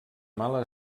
mala